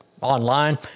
online